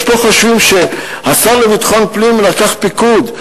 יש פה שחושבים שהשר לביטחון פנים לקח פיקוד.